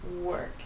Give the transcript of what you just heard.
work